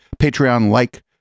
Patreon-like